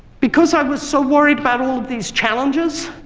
because i was so worried about all these challenges,